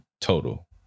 total